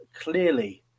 clearly